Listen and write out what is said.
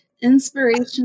inspiration